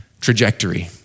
trajectory